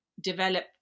develop